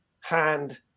Hand